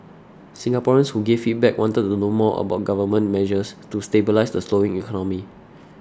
Singaporeans who gave feedback wanted to know more about government measures to stabilise the slowing economy